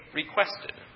requested